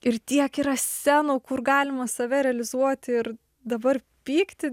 ir tiek yra scenų kur galima save realizuoti ir dabar pykti